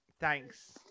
Thanks